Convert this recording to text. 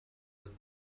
ist